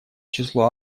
число